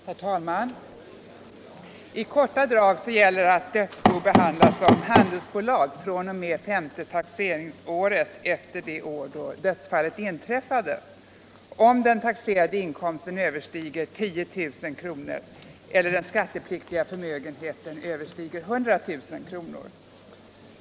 Herr talman! I korta drag gäller att dödsbo behandlas som handelsbolag fr.o.m. femte taxeringsåret efter det år då dödsfallet inträffade, om den taxerade inkomsten överstiger 10 000 kr. eller den skattepliktiga förmögenheten överstiger 100 000 kr.